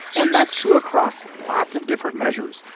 and that's true across lots of different measures,